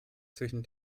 zwischen